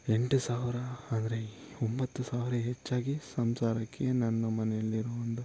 ಎಂಟು ಸಾವಿರ ಅಂದರೆ ಒಂಬತ್ತು ಸಾವಿರ ಹೆಚ್ಚಾಗಿ ಸಂಸಾರಕ್ಕೆ ನನ್ನ ಮನೆಯಲ್ಲಿರುವ ಒಂದು